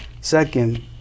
Second